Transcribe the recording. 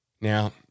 Now